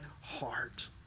heart